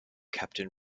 captain